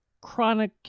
chronic